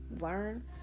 learn